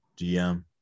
GM